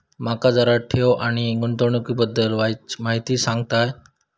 माका जरा ठेव आणि गुंतवणूकी बद्दल वायचं माहिती सांगशात?